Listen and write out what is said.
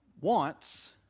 wants